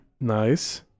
Nice